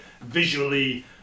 visually